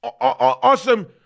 Awesome